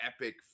epic